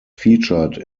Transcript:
featured